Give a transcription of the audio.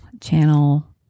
Channel